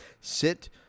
Sit